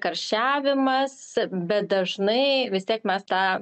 karščiavimas bet dažnai vis tiek mes tą